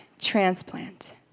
transplant